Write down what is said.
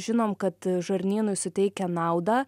žinom kad žarnynui suteikia naudą